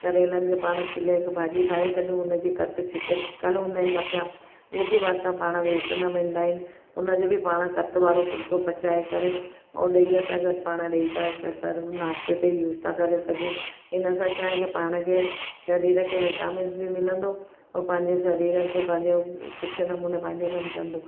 करेलनि जो पाण छिले हिक भाॼी ठाहे छॾियूं हुनजी कति छिके छिकल हूंदा आहिनि मथियां हू बि असां पाण वेस्ट न वेंदा आहिनि उनजो बि पाण कति वारो फुलको पचाए करे उहो ॾहीअ सां गॾु पाण ॾेई था कंहिं सां नास्ते ते यूज़ था करे सघूं हिनसां छाहे की पाण खे शरीर खे विटामिन्स बि मिलंदो पोइ पंहिंजे शरीर खे पंहिंजे सुठे नमूने पंहिंजो कमु कंदो